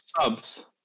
subs